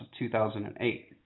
2008